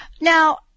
Now